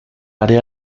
área